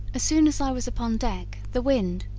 soon as i was upon deck the wind,